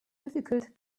difficult